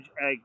egg